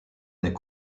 n’est